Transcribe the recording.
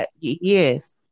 Yes